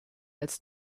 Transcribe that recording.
als